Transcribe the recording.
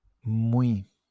muy